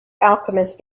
alchemist